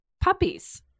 puppies